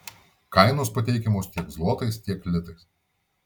kainos pateikiamos tiek zlotais tiek litais